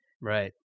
Right